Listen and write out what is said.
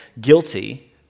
guilty